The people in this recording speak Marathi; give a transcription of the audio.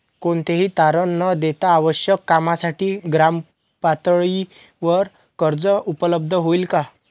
कोणतेही तारण न देता आवश्यक कामासाठी ग्रामपातळीवर कर्ज उपलब्ध होईल का?